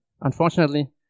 unfortunately